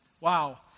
Wow